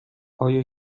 آیا